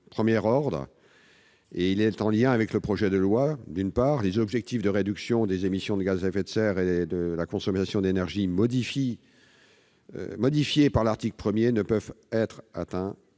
premier ordre. Il est en lien avec le projet de loi. D'une part, les objectifs de réduction des émissions de gaz à effet de serre et de la consommation d'énergie, modifiés par l'article 1, ne peuvent être atteints